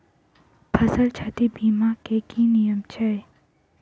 फसल क्षति बीमा केँ की नियम छै?